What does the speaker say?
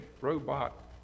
robot